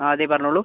ആ അതെ പറഞ്ഞോളൂ